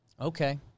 Okay